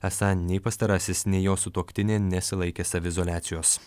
esą nei pastarasis nei jo sutuoktinė nesilaikė saviizoliacijos